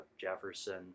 Jefferson